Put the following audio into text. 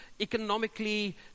economically